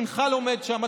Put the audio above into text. בנך לומד שם,